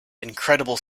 incredible